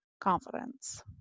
confidence